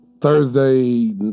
Thursday